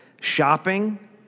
shopping